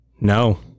no